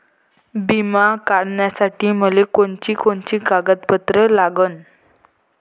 बिमा काढासाठी मले कोनची कोनची कागदपत्र लागन?